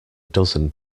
dozen